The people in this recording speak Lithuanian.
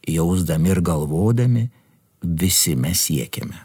jausdami ir galvodami visi mes siekiame